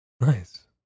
nice